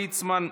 יעקב ליצמן,